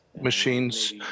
machines